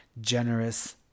generous